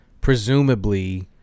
presumably